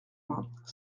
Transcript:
vingt